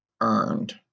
earned